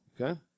okay